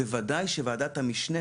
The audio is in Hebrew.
אז בוודאי שוועדת המשנה,